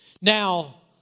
Now